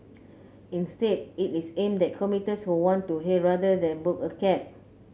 instead it is aimed at commuters who want to hail rather than book a cab